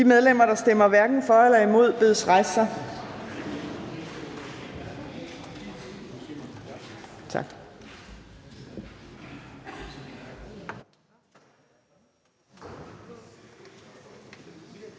De medlemmer, der stemmer hverken for eller imod, bedes rejse sig.